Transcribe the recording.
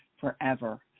forever